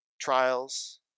trials